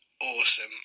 awesome